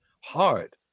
hard